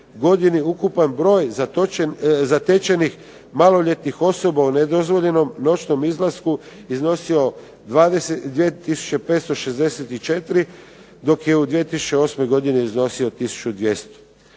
godini ukupan broj zatečenih maloljetnih osoba u nedozvoljenom noćnom izlasku iznosio 2 tisuće 564, dok je u 2008. godini iznosio